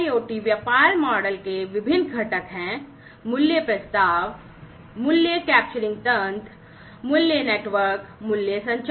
IIoT व्यापार model के विभिन्न घटक हैं मूल्य प्रस्ताव मूल्य कैप्चरिंग तंत्र मूल्य नेटवर्क मूल्य संचार